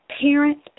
Parents